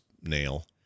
nail